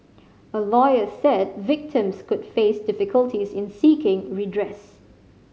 a lawyer said victims could face difficulties in seeking redress